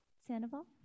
Sandoval